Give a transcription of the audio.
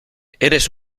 eres